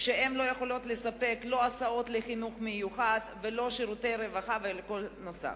כשהן לא יכולות לספק לא הסעות לחינוך מיוחד ולא שירותי רווחה וכדומה.